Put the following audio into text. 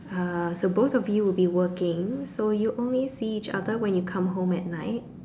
uh so both of you will be working so you only see each other when you come home at night